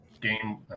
game